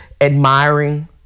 admiring